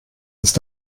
ist